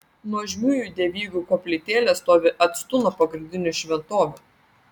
nuožmiųjų dievybių koplytėlės stovi atstu nuo pagrindinių šventovių